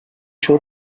show